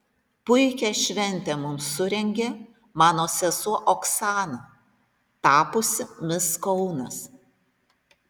puikią šventę mums surengė mano sesuo oksana tapusi mis kaunas